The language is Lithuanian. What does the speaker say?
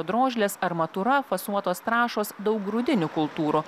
drožlės armatūra fasuotos trąšos daug grūdinių kultūrų